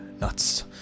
Nuts